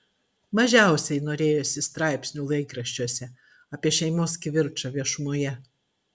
mažiausiai norėjosi straipsnių laikraščiuose apie šeimos kivirčą viešumoje